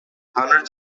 hundreds